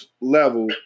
level